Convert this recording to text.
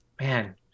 Man